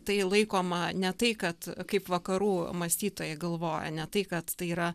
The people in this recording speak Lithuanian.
tai laikoma ne tai kad kaip vakarų mąstytojai galvoja ne tai kad tai yra